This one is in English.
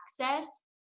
access